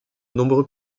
nombreux